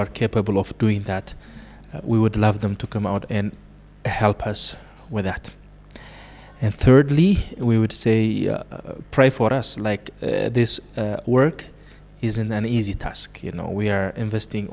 are capable of doing that we would love them to come out and help us with that and thirdly we would say pray for us like this work isn't an easy task you know we are investing